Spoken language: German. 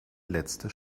letzte